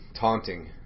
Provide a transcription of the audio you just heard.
taunting